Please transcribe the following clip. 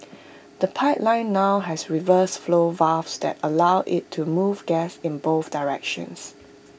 the pipeline now has reverse flow valves that allow IT to move gas in both directions